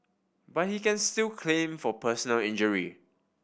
but he can still claim for personal injury